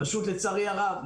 לצערי הרב,